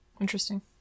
Interesting